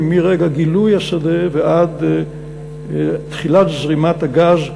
מרגע גילוי השדה ועד תחילת זרימת הגז,